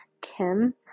Kim